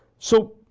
so